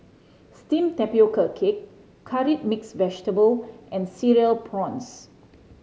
steamed tapioca cake Curry Mixed Vegetable and Cereal Prawns